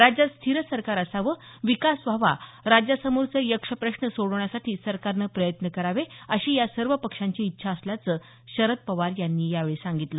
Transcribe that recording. राज्यात स्थीर सरकार असावं विकास व्हावा राज्या समोरचे यक्ष प्रश्रन सोडवण्यासाठी सरकारनं प्रयत्न करावे अशी या सर्व पक्षांची इच्छा असल्याचं शरद पवार यावेळी म्हणाले